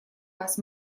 вас